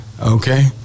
Okay